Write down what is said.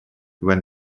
when